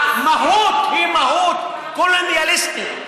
המהות היא מהות קולוניאליסטית.